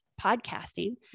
podcasting